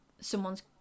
someone's